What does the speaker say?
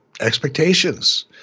expectations